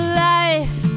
life